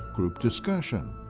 group discussion,